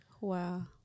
Wow